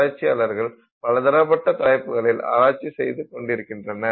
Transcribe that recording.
ஆராய்ச்சியாளர்கள் பலதரபட்ட தலைப்புகளில் ஆராய்ச்சி செய்து கொண்டிருக்கின்றனர்